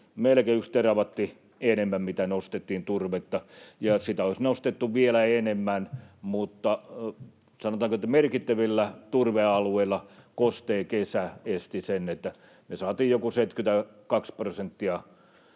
melkein yksi terawatti enemmän, mitä nostettiin turvetta. Ja sitä olisi nostettu vielä enemmän, mutta sanotaanko, että merkittävillä turvealueilla kostea kesä esti sen — me saatiin joku 72 prosenttia